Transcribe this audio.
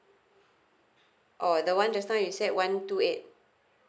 oh the one just now you said one two eight